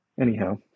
Anyhow